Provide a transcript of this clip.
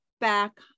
back